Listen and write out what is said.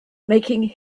making